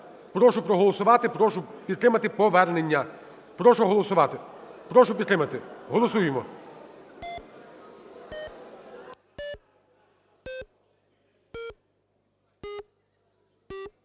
Прошу проголосувати, прошу підтримати повернення. Прошу голосувати, прошу підтримати. Голосуємо.